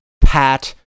pat